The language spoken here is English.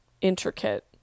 intricate